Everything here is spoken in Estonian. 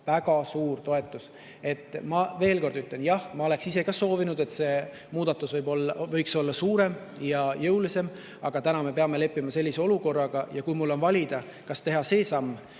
väga suur toetus. Ma veel kord ütlen: jah, ma oleks ise ka soovinud, et see muudatus oleks olnud suurem ja jõulisem, aga täna me peame leppima sellise olukorraga. Ja kui mul on valida, kas teha see samm